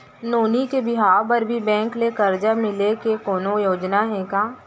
नोनी के बिहाव बर भी बैंक ले करजा मिले के कोनो योजना हे का?